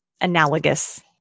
analogous